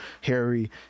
harry